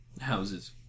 houses